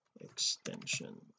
extension